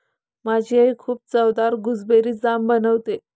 माझी आई खूप चवदार गुसबेरी जाम बनवते